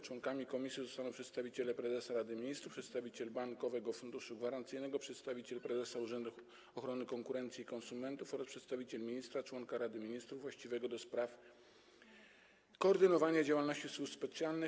Członkami komisji zostaną przedstawiciel prezesa Rady Ministrów, przedstawiciel Bankowego Funduszu Gwarancyjnego, przedstawiciel prezesa Urzędu Ochrony Konkurencji i Konsumentów oraz przedstawiciel ministra - członka Rady Ministrów właściwego do spraw koordynowania działalności służb specjalnych.